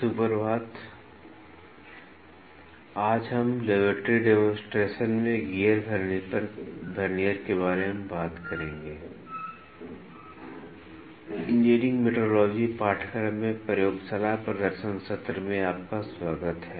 सुप्रभात engineering metrology पाठ्यक्रम में प्रयोगशाला प्रदर्शन सत्र में आपका स्वागत है